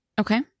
Okay